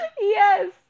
Yes